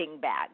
bag